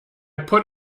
put